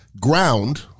ground